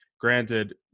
granted